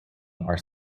are